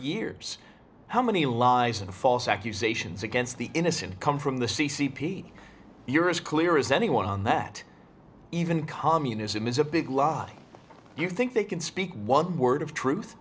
years how many lies and false accusations against the innocent come from the c c p your is clear is anyone that even communism is a big lie you think they can speak one word of truth